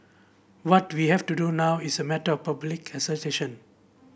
what we have to do now is a matter of public assertion